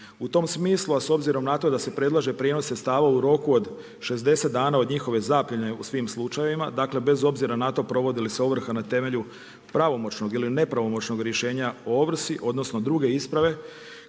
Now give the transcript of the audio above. U tom smislu, a s obzirom na to da se predlaže prijenos sredstava u roku od 60 dana od njihove zaplijene u svim slučajevima, dakle, bez obzira na to provodi li se ovrha na temelju pravomoćnog ili nepravomoćnog rješenja o ovrsi, odnosno, druge isprave,